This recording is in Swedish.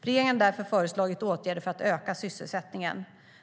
Regeringen har därför föreslagit åtgärder för att öka sysselsättningen.